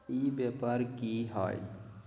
ई व्यापार की हाय?